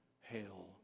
hail